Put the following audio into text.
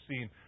seen